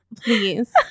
Please